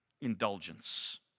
indulgence